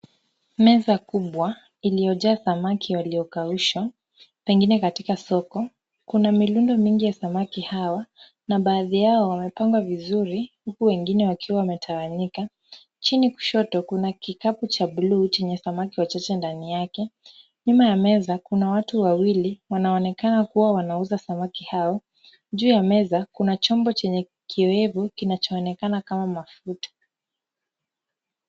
Meza kubwa iliyojaa samaki waliokaushwa pengine katika soko. Kuna mirundo mingi ya samaki hawa, na baadhi yao wamepangwa vizuri huku wengine wakiwa wametawanyika. Chini kushoto, kuna kikapu cha bluu chenye samaki wachache ndani yake. Nyuma ya meza, kuna watu wawili, wanaonekana kuwa wanauza samaki hao. Juu ya meza, kuna chombo chenye kiwevu kinachoonekana kama mafuta.